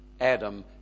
Adam